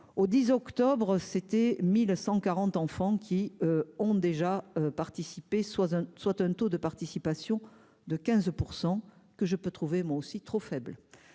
au 10 octobre c'était 1000 100 40 enfants qui ont déjà participé soit, soit un taux de participation de 15 % que je peux trouver moi aussi trop faible